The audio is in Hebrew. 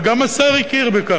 וגם השר הכיר בכך,